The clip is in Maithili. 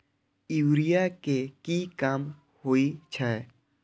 यूरिया के की काम होई छै?